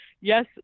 yes